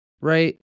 right